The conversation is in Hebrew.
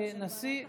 הונח לקריאה ראשונה,